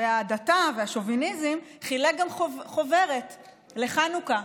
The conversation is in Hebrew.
ההדתה והשוביניזם חילק גם חוברת לחנוכה.